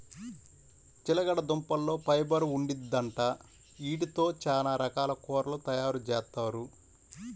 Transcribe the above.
చిలకడదుంపల్లో ఫైబర్ ఉండిద్దంట, యీటితో చానా రకాల కూరలు తయారుజేత్తారు